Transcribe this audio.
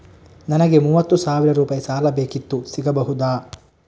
ನನಗೆ ಮೂವತ್ತು ಸಾವಿರ ರೂಪಾಯಿ ಸಾಲ ಬೇಕಿತ್ತು ಸಿಗಬಹುದಾ?